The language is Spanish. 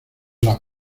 las